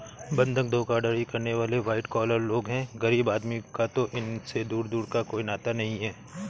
बंधक धोखाधड़ी करने वाले वाइट कॉलर लोग हैं गरीब आदमी का तो इनसे दूर दूर का कोई नाता नहीं है